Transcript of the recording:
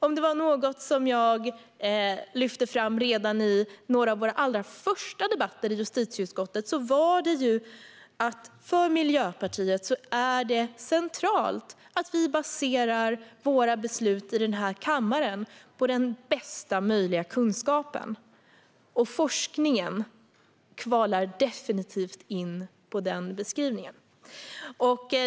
Om det var något jag lyfte fram redan i några av justitieutskottets allra första debatter var det att det är centralt för Miljöpartiet att vi baserar våra beslut i den här kammaren på den bästa möjliga kunskapen. Och forskningen kvalar definitivt in där.